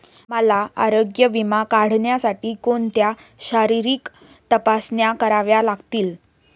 मला आरोग्य विमा काढण्यासाठी कोणत्या शारीरिक तपासण्या कराव्या लागतील?